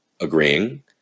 agreeing